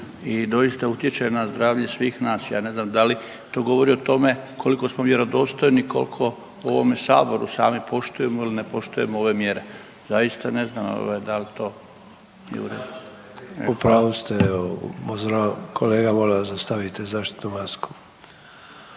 i doista utječe na zdravlje svih nas. Ja ne znam da li to govori o tome koliko smo vjerodostojni, koliko u ovome Saboru sami poštujemo ili ne poštujemo ove mjere? Zaista ne znam da li to … /ne razumije se/ … **Sanader, Ante